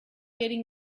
getting